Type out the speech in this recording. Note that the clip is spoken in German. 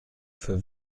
für